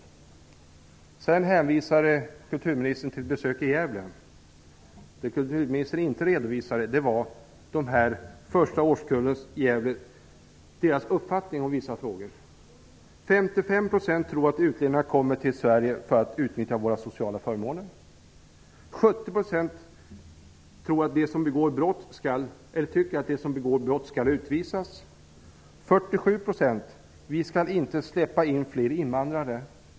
Kulturministern hänvisade till ett besök i Gävle. Men kulturministern redovisade inte den uppfattning som framkom hos elever i den första årskullen på gymnasiet i Gävle när de besvarade ett antal frågor. 55 % tror att utlänningarna kommer till Sverige för att utnyttja våra sociala förmåner. 70 % tycker att de som begår brott skall utvisas. 47 % anser att fler invandrare inte skall släppas in.